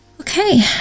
okay